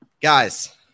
Guys